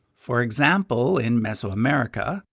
for example, in mesoamerica,